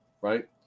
right